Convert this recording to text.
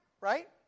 Right